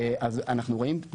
אז אנחנו רואים,